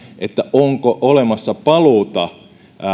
onko olemassa paluuta